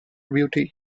beauty